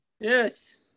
Yes